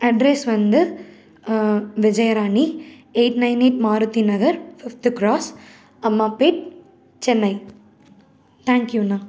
address வந்து Vijayarani eight nine eight Maruthi Nagar fifth cross Ammapet Chennai தேங்க்கியூண்ணா